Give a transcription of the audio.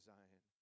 Zion